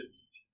eat